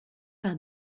par